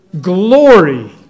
Glory